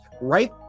right